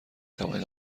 توانید